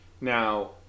Now